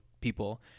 people